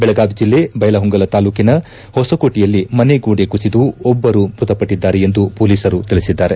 ಬೆಳಗಾವಿ ಜಿಲ್ಲೆ ದೈಲಹೊಂಗಲ ತಾಲ್ಡೂಕಿನ ಹೊಸಕೋಟೆಯಲ್ಲಿ ಮನೆ ಗೋಡೆ ಕುಸಿದು ಒಬ್ಬರು ಮೃತಪಟ್ಟಿದ್ದಾರೆ ಎಂದು ಪೊಲೀಸರು ತಿಳಿಸಿದ್ದಾರೆ